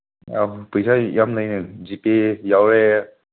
ꯑꯥ ꯄꯩꯁꯥ ꯌꯥꯝ ꯂꯩꯅꯦ ꯖꯤꯄꯦ ꯌꯥꯎꯔꯦ